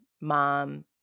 mom